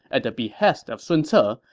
at the behest of sun ce, ah